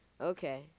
Okay